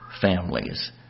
families